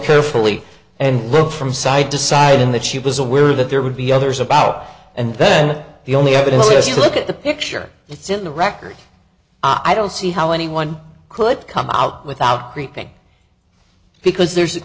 carefully and look from side to side in that she was aware that there would be others about and then the only evidence if you look at the picture it's in the record i don't see how anyone could come out without briefing because there's